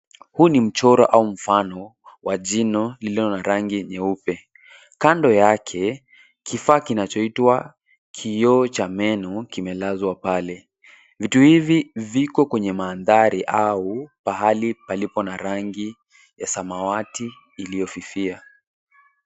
Huu ni mchoro au mfano wa jino lililo na rangi nyeupe, kando yake kifaa kinachoitwa kioo cha meno kimelazwa pale. Vitu hivi viko kwenye mandhari au pahali palipo na rangi ya samawati iliyofifia.